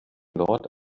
lord